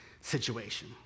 situation